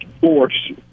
force